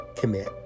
commit